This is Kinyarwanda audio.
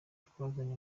twazanye